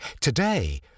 Today